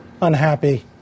unhappy